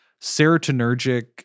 serotonergic